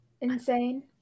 insane